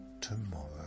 tomorrow